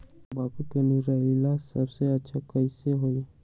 तम्बाकू के निरैया सबसे अच्छा कई से होई?